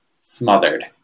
smothered